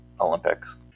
olympics